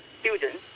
students